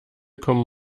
kommen